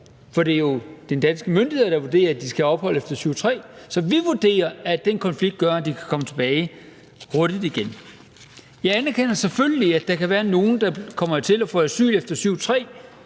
for det er jo de danske myndigheder, der vurderer, at de skal have ophold efter § 7, stk. 3 – er en konflikt, der gør, at de kan komme tilbage hurtigt igen. Jeg anerkender selvfølgelig, at der kan være nogle, der kommer hertil og får asyl efter §